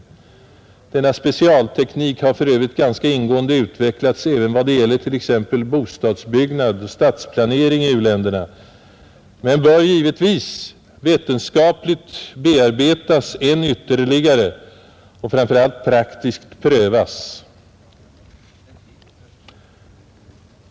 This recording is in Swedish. Denna specialteknik har för övrigt ganska ingående utvecklats även vad det gäller t.ex. bostadsbyggnad och stadsplanering i u-länderna men bör givetvis vetenskapligt bearbetas än ytterligare och framför allt praktiskt prövas.